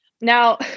Now